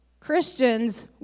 Christians